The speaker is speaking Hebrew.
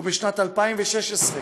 ובשנת 2016,